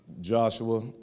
Joshua